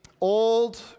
Old